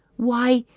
why,